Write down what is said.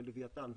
ללווייתן,